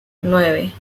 nueve